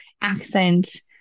accent